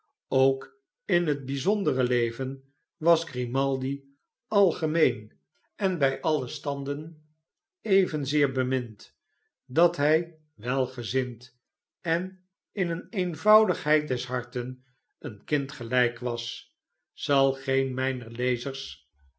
ook in het bh'zondere leven was grimaldi algemeen en bij alle standen evenzeer bemind dat hij welgezind en in eenvoudigheid des harten een kind gelijk was zal geen mijner lezers